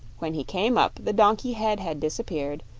when he came up the donkey head had disappeared,